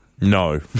No